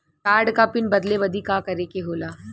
Card क pin बदले बदी का करे के होला?